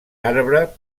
arbre